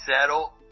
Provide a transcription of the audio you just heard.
settle